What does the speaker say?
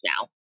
now